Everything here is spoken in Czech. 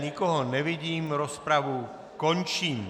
Nikoho nevidím, rozpravu končím.